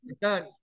done